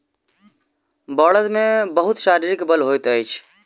बड़द मे बहुत शारीरिक बल होइत अछि